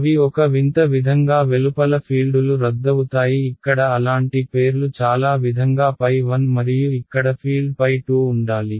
అవి ఒక వింత విధంగా వెలుపల ఫీల్డులు రద్దవుతాయి ఇక్కడ అలాంటి పేర్లు చాలా విధంగా 1 మరియు ఇక్కడ ఫీల్డ్ 2 ఉండాలి